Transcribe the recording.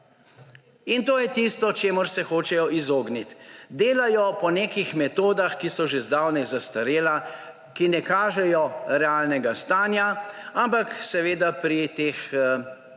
In to je tisto, čemur se hočejo izogniti. Delajo po nekih metodah, ki so že zdavnaj zastarele, ki ne kažejo realnega stanja. Ampak seveda pri teh